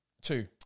Two